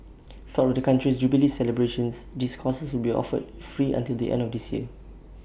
part of the country's jubilee celebrations these courses will be offered free until the end of this year